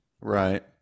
Right